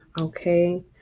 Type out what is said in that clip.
Okay